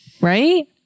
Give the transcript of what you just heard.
right